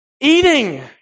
eating